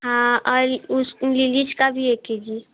हाँ और उसे लिलीज का भी एक के जी